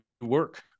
work